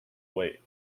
wait